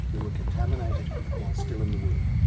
who were contaminated while still in the womb.